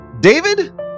David